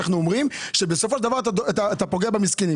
שבסופו של דבר אתה פוגע במסכנים.